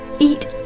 eat